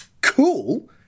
Cool